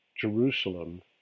Jerusalem